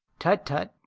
tut, tut,